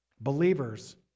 Believers